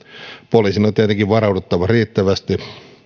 on tietenkin varauduttava riittävästi